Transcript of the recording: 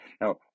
Now